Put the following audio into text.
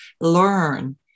learn